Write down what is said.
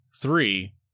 three